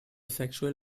sexual